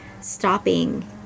stopping